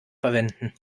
verwenden